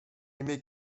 aimé